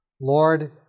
Lord